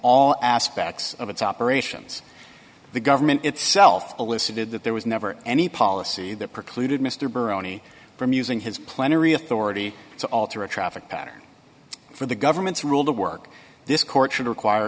all aspects of its operations the government itself elicited that there was never any policy that precluded mr burr any from using his plenary authority to alter a traffic pattern for the government's rule to work this court should require